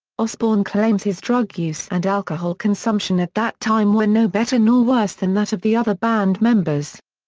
osbourne claims his drug use and alcohol consumption at that time were no better nor worse than that of the other band members.